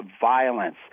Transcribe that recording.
violence